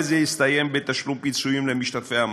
וזה הסתיים בתשלום פיצויים למשתתפי המרמרה.